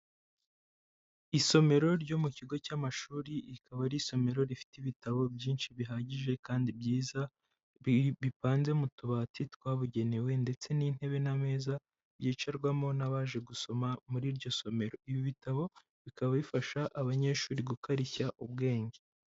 Isomero ryo mu kigo cy'amashuri rikaba ari isomero rifite ibitabo byinshi bihagije kandi byiza bipanze mu tubati twabugenewe ndetse n'intebe n'ameza byicarwamo n'abaje gusoma muri iryo somero, ibi bitabo bikaba bifasha abanyeshuri gukarishya ubwenge.